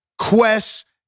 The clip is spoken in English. Quest